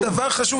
זה דבר חשוב.